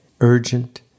urgent